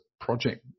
project